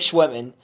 women